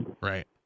Right